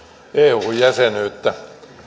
eu jäsenyyttä